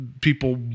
people